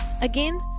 Again